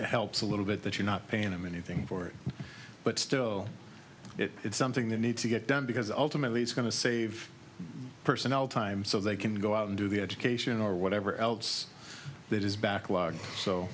helps a little bit that you're not paying anything for it but still it's something that needs to get done because ultimately it's going to save personnel time so they can go out and do the education or whatever else that is backlog